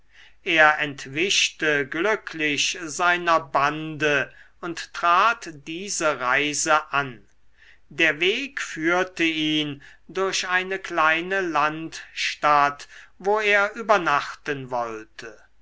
er entwischte glücklich seiner bande und trat diese reise an der weg führte ihn durch eine kleine landstadt wo er übernachten wollte